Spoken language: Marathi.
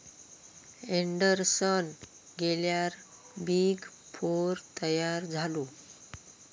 एंडरसन गेल्यार बिग फोर तयार झालो